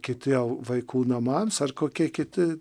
kiti vaikų namams ar kokie kiti